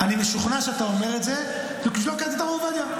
אני משוכנע שאתה אומר את זה כי פשוט לא הכרת את הרב עובדיה.